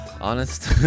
Honest